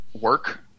work